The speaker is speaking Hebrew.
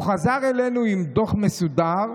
הוא חזר אלינו עם דוח מסודר,